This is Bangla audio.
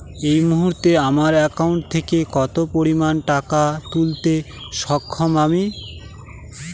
এই মুহূর্তে আমার একাউন্ট থেকে কত পরিমান টাকা তুলতে সক্ষম আমি?